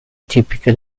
tipiche